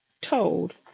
told